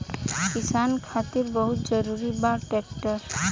किसान खातिर बहुत जरूरी बा ट्रैक्टर